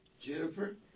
Jennifer